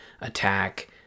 attack